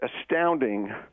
astounding